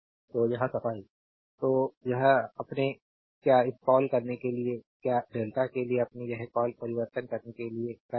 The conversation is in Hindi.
तो यह सफाई तो यह अपने क्या इस कॉल करने के लिए यह क्या डेल्टा के लिए अपने क्या कॉल परिवर्तित करने के लिए कर रहे हैं